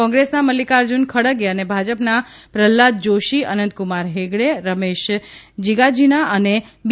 કોંગ્રેસના મલ્લિકાર્જુન ખડગે અને ભાજપના પ્રહલાદ જોશી અનંતકુમાર હેગડે રમેશ જીગાજીના અને બી